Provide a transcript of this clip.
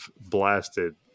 blasted